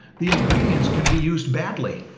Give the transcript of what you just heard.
the ingredients can be used badly.